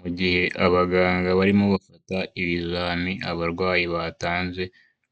Mu gihe abaganga barimo bafata ibizami abarwayi batanze,